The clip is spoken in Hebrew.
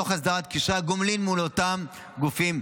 תוך הסדרת קשרי הגומלין מול אותם גופים,